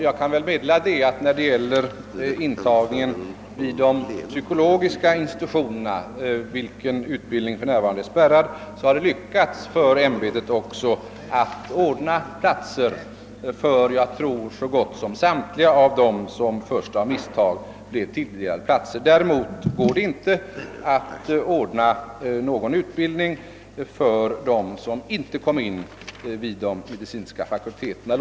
Jag kan meddela att i fråga om intagningen vid de psykologiska institutionerna, vilken utbildning för närvarande är spärrad, har det lyckats för ämbetet att ordna platser för jag tror så gott som samtliga av dem som först av misstag blev tilldelade platser. Däremot går det inte att ordna någon utbildning för dem som kom in vid de medicinska fakulteterna.